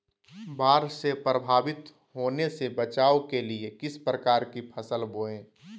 बाढ़ से प्रभावित होने से बचाव के लिए किस प्रकार की फसल बोए?